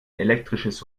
elektrisches